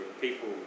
people